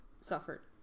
suffered